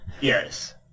Yes